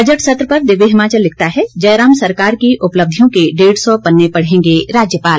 budget सत्र पर दिव्य हिमाचल लिखता है जयराम सरकार की उपलब्धियों के डेढ़ सौ पन्ने पढ़ेंगे राज्यपाल